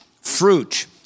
fruit